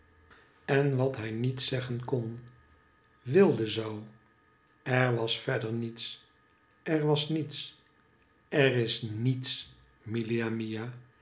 en wat hij met zeggen kon w lde zou er was verder mets er was niets er is ni